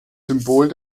symbol